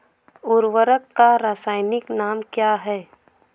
उर्वरक का रासायनिक नाम क्या है?